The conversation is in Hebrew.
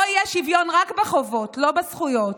פה יהיה שוויון רק בחובות, לא בזכויות.